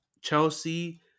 Chelsea